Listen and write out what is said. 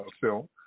film